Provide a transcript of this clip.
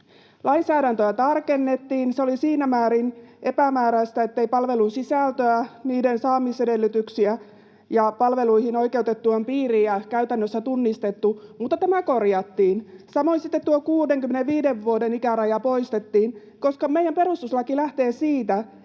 Lainsäädäntöä tarkennettiin. Se oli siinä määrin epämääräistä, ettei palvelujen sisältöä, niiden saamisedellytyksiä ja palveluihin oikeutettujen piiriä käytännössä tunnistettu, mutta tämä korjattiin. Samoin sitten tuo 65 vuoden ikäraja poistettiin, koska meidän perustuslaki lähtee siitä,